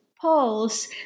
poles